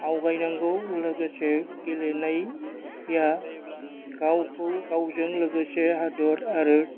आवगायनांगौ लोगोसे गेलेनाया गावखौ गावजों लोगोसे हादर आरो